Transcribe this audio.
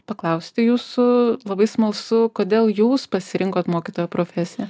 paklausti jūsų labai smalsu kodėl jūs pasirinkot mokytojo profesiją